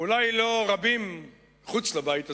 אולי לא רבים חוץ לבית הזה,